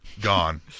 Gone